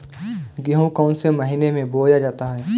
गेहूँ कौन से महीने में बोया जाता है?